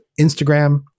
Instagram